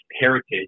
heritage